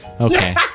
Okay